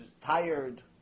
tired